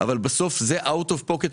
אבל בסוף זה money out of pocket ישיר.